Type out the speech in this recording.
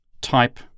type